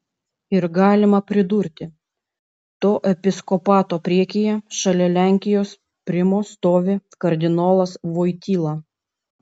ir galima pridurti to episkopato priekyje šalia lenkijos primo stovi kardinolas voityla